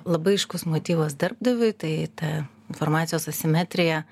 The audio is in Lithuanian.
labai aiškus motyvas darbdaviui tai ta informacijos asimetrija